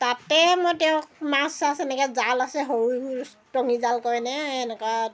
তাতে মই তেওঁক মাছ চাছ এনেকৈ জাল আছে সৰু টঙি জাল কয়নে এনেকুৱা